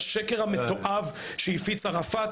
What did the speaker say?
השקר המתועב שהפיץ ערפאת.